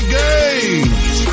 games